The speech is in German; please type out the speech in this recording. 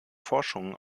forschungen